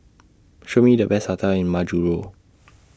Show Me The Best hotels in Majuro